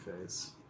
face